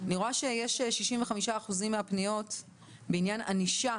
אני רואה ש-65 אחוזים מהפניות בעניין ענישה